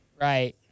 Right